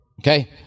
okay